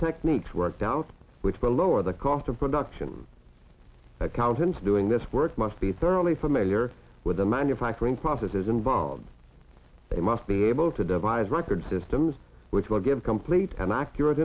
techniques work out which will lower the cost of production accountants doing this work must be thoroughly familiar with the manufacturing processes involved they must be able to devise record systems which will give complete and accurate